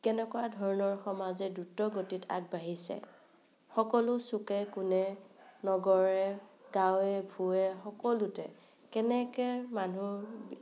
কেনেকুৱা ধৰণৰ সমাজে দূৰ্ত গতিত আগ বাঢ়িছে সকলো চোকে কোণে নগৰে গাঁৱে ভূঞেঁ সকলোতে কেনেকৈ মানুহ